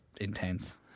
intense